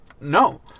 No